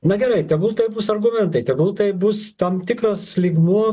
na gerai tegul tai bus argumentai tegul tai bus tam tikras lygmuo